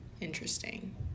interesting